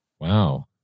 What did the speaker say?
Wow